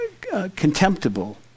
contemptible